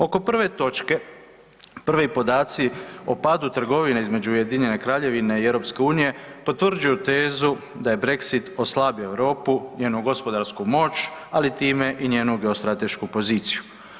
Oko prve točke, prvi podaci o padu trgovine između Ujedinjene Kraljevine i EU potvrđuju tezu da je Brexit oslabio Europu, njenu gospodarsku moć, ali time i njenu geostratešku poziciju.